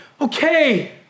okay